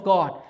God